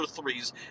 threes